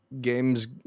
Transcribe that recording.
game's